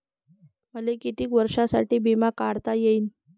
मले कितीक वर्षासाठी बिमा काढता येईन?